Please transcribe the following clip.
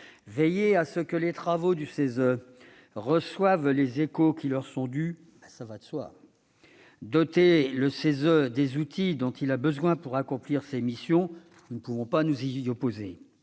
Veiller à ce que les travaux du CESE reçoivent les échos qui leur sont dus ? Cela va de soi. Doter le CESE des outils dont il a besoin pour accomplir ses missions ? Nous ne pouvons pas nous y opposer.